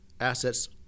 assets